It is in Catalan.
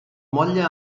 motlle